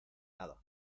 nada